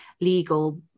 legal